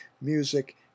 music